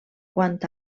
quant